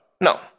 No